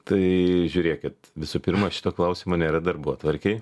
tai žiūrėkit visų pirma šito klausimo nėra darbotvarkėj